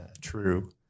true